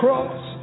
Cross